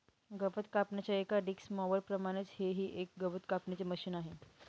गवत कापण्याच्या एका डिक्स मॉवर प्रमाणेच हे ही एक गवत कापण्याचे मशिन आहे